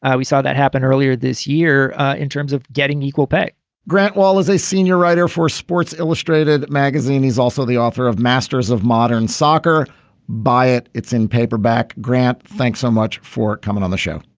ah we saw that happen earlier this year in terms of getting equal pay grant well as a senior writer for sports illustrated magazine he's also the author of masters of modern soccer by it it's in paperback. grant thanks so much for coming on the show.